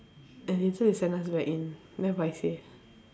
and later they send us back in then paiseh